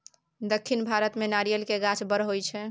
दक्खिन भारत मे नारियल केर गाछ बड़ होई छै